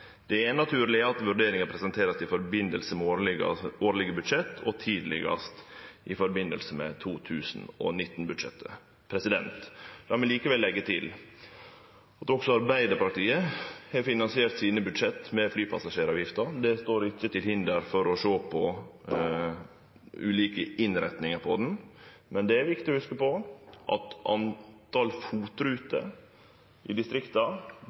Det er naturleg at vurderinga vert presentert i samband med dei årlege budsjetta, og tidlegast i samband med 2019-budsjettet. La meg likevel leggje til at også Arbeidarpartiet har finansiert sine budsjett med flypassasjeravgifta. Det er ikkje til hinder for å sjå på ulike innretningar av henne. Det er viktig å hugse på at talet på FOT-ruter i distrikta